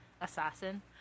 assassin